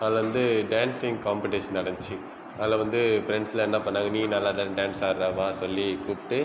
அதில் வந்து dancing competition நடந்துசு அதில் வந்து ஃப்ரெண்ட்ஸ்லா என்ன பண்ணாங்க நீயும் நல்லா தான டான்ஸ் ஆடுற வா சொல்லி கூப்பிட்டு